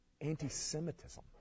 anti-Semitism